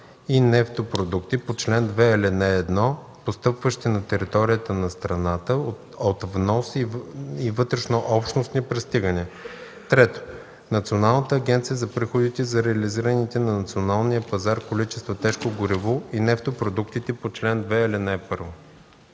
и нефтопродукти по чл. 2, ал. 1, постъпващи на територията на страната от внос и вътрешнообщностни пристигания; 3. Националната агенция за приходите за реализираните на националния пазар количества тежко гориво и нефтопродуктите по чл. 2, ал. 1.”